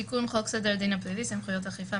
תיקון חוק סדר הדין הפלילי (סמכויות אכיפה,